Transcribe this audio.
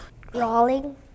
Drawing